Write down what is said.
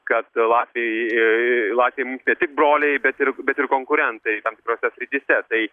kad latviai latviai mums ne tik broliai bet ir bet ir konkurentai tam tikrose srityse tai